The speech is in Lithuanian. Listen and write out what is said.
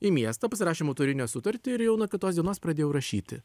į miestą pasirašėm autorinę sutartį ir jau nuo kitos dienos pradėjau rašyti